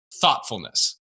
Thoughtfulness